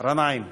רנאים.